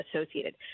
associated